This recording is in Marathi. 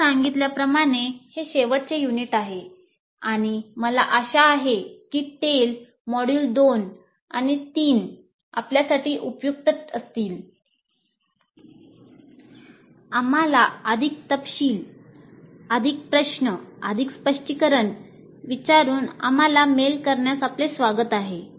मी सांगितल्याप्रमाणे हे शेवटचे युनिट आहे आणि मला आशा आहे की टेल करण्यास आपले स्वागत आहे